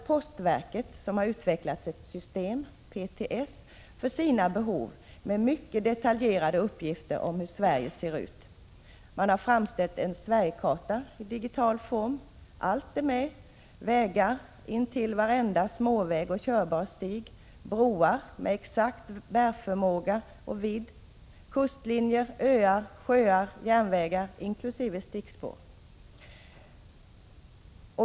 Postverket har utvecklat ett system, PTS, för sina behov med mycket detaljerade uppgifter om hur Sverige ser ut. Man har framställt en Sverigekarta i digital form. Allt är med, vägar intill varenda småväg och körbar stig, broar med exakt bärförmåga och vidd, kustlinjer, öar, sjöar, järnvägar inkl. stickspår.